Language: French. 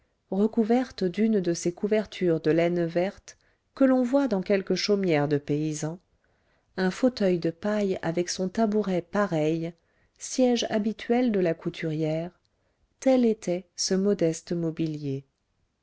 recouverte d'une de ces couvertures de laine verte que l'on voit dans quelques chaumières de paysans un fauteuil de paille avec son tabouret pareil siège habituel de la couturière tel était ce modeste mobilier